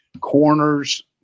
Corners